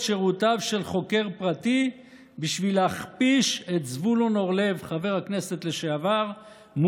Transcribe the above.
שירותיו של חוקר פרטי בשביל להכפיש את חבר הכנסת לשעבר זבולון אורלב,